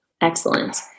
Excellent